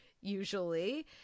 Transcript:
usually